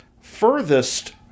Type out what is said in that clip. furthest